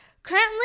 Currently